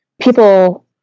people